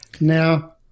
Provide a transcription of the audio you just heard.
Now